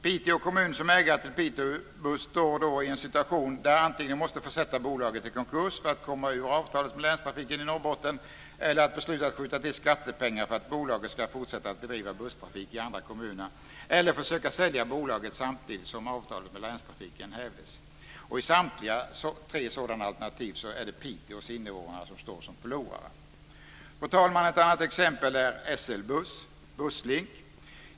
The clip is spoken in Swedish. Piteå kommun stod då, som ägare till Pitebuss, i en situation då de antingen kunde försätta bolaget i konkurs för att komma ur avtalet med Länstrafiken i Norrbotten eller besluta att skjuta till skattepengar för att bolaget skulle fortsätta att bedriva busstrafik i andra kommuner eller försöka sälja bolaget samtidigt som avtalet med Länstrafiken hävdes. I samtliga tre alternativ är det Piteås invånare som står som förlorare. Fru talman! Ett annat exempel gäller SL Buss och Busslink.